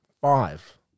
five